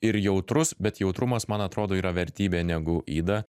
ir jautrus bet jautrumas man atrodo yra vertybė negu yda